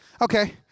okay